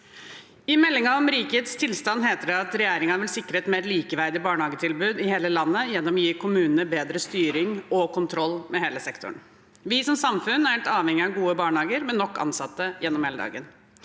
I meldingen om rikets tilstand heter det: «Regjeringa vil sikre eit meir likeverdig barnehagetilbod i heile landet gjennom å gi kommunane betre styring og kontroll med heile sektoren.» Vi som samfunn er helt avhengig av gode barnehager med nok ansatte gjennom hele dagen.